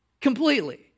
completely